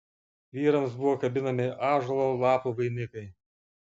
vyrams buvo kabinami ąžuolo lapų vainikai